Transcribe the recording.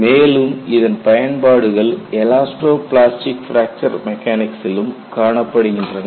மேலும் இதன் பயன்பாடுகள் எலாஸ்டோ பிளாஸ்டிக் பிராக்சர் மெக்கானிக்சிலும் காணப்படுகின்றன